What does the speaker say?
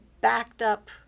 backed-up